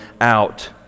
out